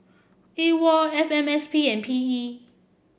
A WOL F M S P and P E